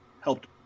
helped